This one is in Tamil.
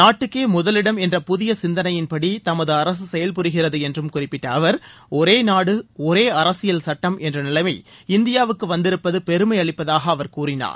நாட்டுக்கே முதலிடம் என்ற புதிய சிந்தனையின்படி தமது அரசு செயல் புரிகிறது என்றும் குறிப்பிட்ட அவர் ஒரே நாடு ஒரே அரசியல் சட்டம் என்ற நிலைமை இந்தியாவுக்கு வந்திருப்பது பெருமை அளிப்பதாக அவர் கூறினார்